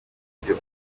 buryo